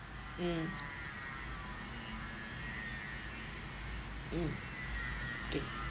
mm mm k